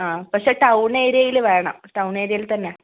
ആ പക്ഷേ ടൗൺ ഏരിയയിൽ വേണം ടൗൺ ഏരിയയിൽ തന്നെ